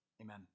Amen